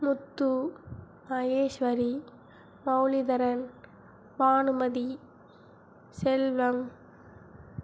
Muthu Maheswari Moulidharan Bhanumathi Selvam